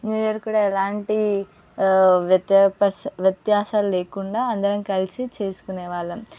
new ఇయర్కి కూడా ఎలాంటి వ్యత్యాసాలు లేకుండా అందరం కలిసి చేసుకునేవాళ్ళం